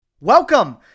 Welcome